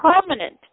permanent